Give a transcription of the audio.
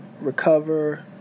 recover